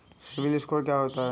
CIBIL score क्या होता है?